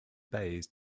bays